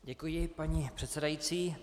Děkuji, paní předsedající.